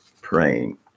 praying